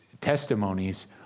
testimonies